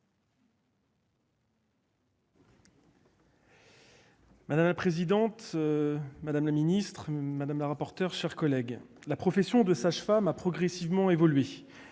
Madame la présidente, madame la ministre, madame la rapporteure, chers collègues, la profession de sage-femme a progressivement évolué,